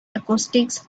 acoustics